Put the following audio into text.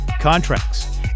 contracts